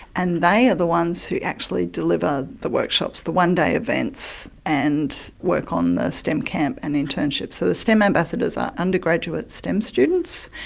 and they are the ones who actually deliver the workshops, the one-day events, and work on the stem camp and internships. so the stem ambassadors are undergraduate stem students,